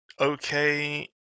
okay